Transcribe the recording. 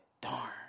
darn